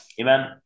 Amen